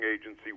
agency